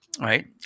right